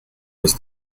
was